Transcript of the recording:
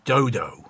Dodo